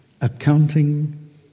accounting